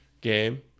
game